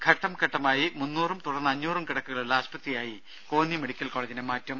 ഘട്ടംഘട്ടമായി മുന്നൂറും തുടർന്ന് അഞ്ഞൂറും കിടക്കകളുള്ള ആശുപത്രിയായി കോന്നി മെഡിക്കൽ കോളജിനെ മാറ്റും